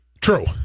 True